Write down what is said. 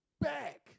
back